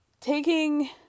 taking